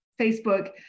Facebook